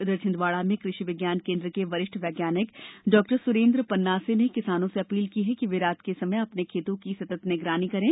उधरछिंदवाडा में कृषि विज्ञान केन्द्र के वरिष्ठ वैज्ञानिक डा स्रेन्द्र पन्नासे ने किसानों से अपील की है कि वे रात के समय अपने खेतों की सतत निगरानी करें